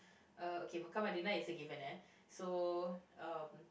uh okay Mecca Madina is a given eh so um